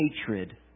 hatred